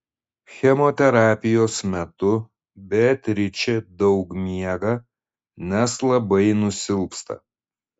chemoterapijos metu beatričė daug miega nes labai nusilpsta